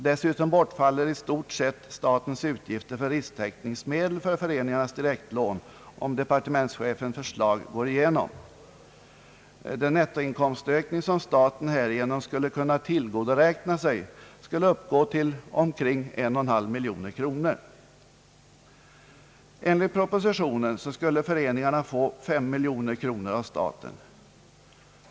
Dessutom bortfaller i stort sett statens utgifter för risktäckningsmedel för föreningarnas direktlån, om departementschefens förslag går igenom. Den nettoinkomstökning som staten härigenom skulle kunna tillgodoräkna sig uppgår till omkring 1,5 miljon kronor. Enligt propositionen skulle föreningarna få 5 miljoner av staten.